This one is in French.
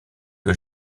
que